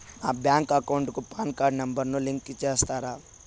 నా bank account కు PAN card number ను లింకు సేస్తారా?